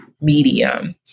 medium